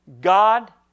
God